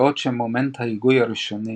בעוד שמומנט ההיגוי הראשוני